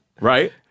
Right